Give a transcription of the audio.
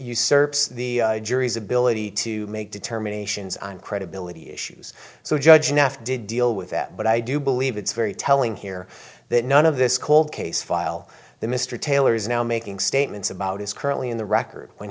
usurps the jury's ability to make determinations on credibility issues so judge nath did deal with that but i do believe it's very telling here that none of this cold case file that mr taylor is now making statements about is currently in the record when